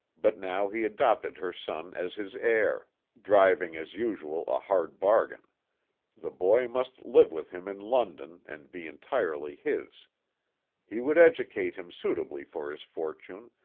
but now he adopted her son as his heir driving as usual a hard bargain the boy must live with him in london and be entirely his he would educate him suitably for his fortune,